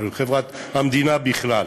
של חברת המדינה בכלל.